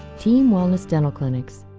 team wellness dental clinics.